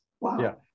Wow